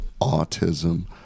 autism